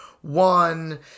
one